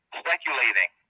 speculating